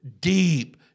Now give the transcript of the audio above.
deep